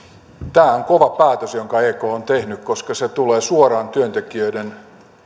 on kova päätös jonka ek on tehnyt koska se tulee suoraan työntekijöiden